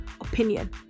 opinion